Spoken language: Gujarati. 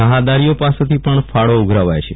રાહદારીઓ પાસેથી પણ ફાળો ઉઘરાવાય છે